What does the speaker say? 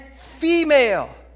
female